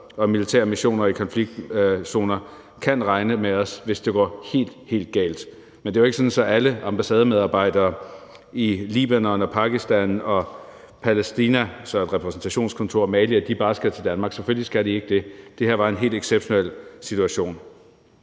og militære missioner i konfliktzoner kan regne med os, hvis det går helt, helt galt. Men det er jo ikke sådan, at alle ambassademedarbejdere i Libanon og Pakistan og Palæstina og fra et repræsentationskontor i Mali bare skal til Danmark – selvfølgelig skal de ikke det. Det her var en helt exceptionel situation.